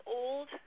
old